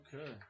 Okay